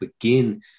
begin